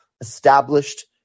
established